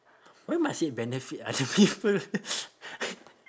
why must it benefit other people